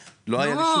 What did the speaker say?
לא היה שום לחץ להגיד.